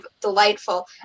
delightful